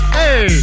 hey